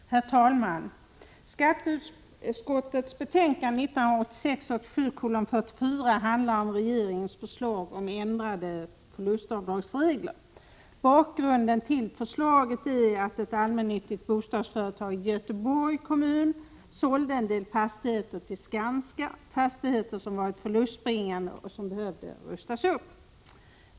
Ändradefi Ortästav: Herr talman! Skatteutskottets betänkande 1986/87:44 handlar om regedragsregler för vissa ringens förslag om ändrade förlustavdragsregler bostadsföretag 8 É Re Bakgrunden till förslaget är att ett allmännyttigt bostadsföretag i Göteborgs kommun sålde en del fastigheter till Skanska, fastigheter som varit förlustbringande och som behövde rustas upp.